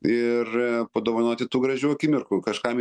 ir padovanoti tų gražių akimirkų kažkam